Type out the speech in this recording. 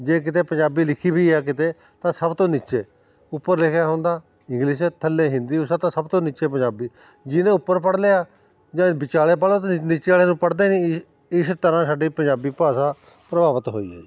ਜੇ ਕਿਤੇ ਪੰਜਾਬੀ ਲਿਖੀ ਵੀ ਆ ਕਿਤੇ ਤਾਂ ਸਭ ਤੋਂ ਨੀਚੇ ਉੱਪਰ ਲਿਖਿਆ ਹੁੰਦਾ ਇੰਗਲਿਸ਼ ਥੱਲੇ ਹਿੰਦੀ ਉੁਸ ਤਾਂ ਸਭ ਤੋਂ ਨੀਚੇ ਪੰਜਾਬੀ ਜਿਹਨੇ ਉੱਪਰ ਪੜ੍ਹ ਲਿਆ ਜਾਂ ਵਿਚਾਲੇ ਪੜ੍ਹ ਲਉ ਤੁਸੀਂ ਨੀਚੇ ਵਾਲੇ ਨੂੰ ਪੜ੍ਹਦੇ ਨਹੀਂ ਇ ਇਸ ਤਰ੍ਹਾਂ ਸਾਡੀ ਪੰਜਾਬੀ ਭਾਸ਼ਾ ਪ੍ਰਭਾਵਿਤ ਹੋਈ ਹੈ